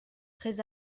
très